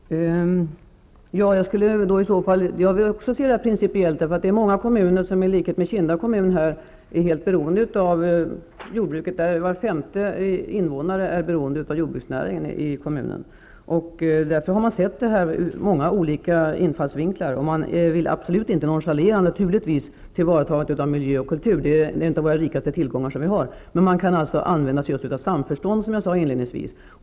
Herr talman! Jag vill också se detta fall som principiellt, därför att det är många kommuner som är helt beroende av jordbruksnäringen, i likhet med Därför har man sett detta ur många olika infallsvinklar. Man vill absolut inte nonchalera tillvaratagandet av miljö och kulturintressen -- som hör till de rikaste tillgångar vi har -- men man kan använda samförstånd, som jag sade.